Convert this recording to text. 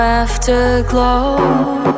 afterglow